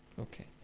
Okay